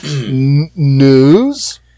News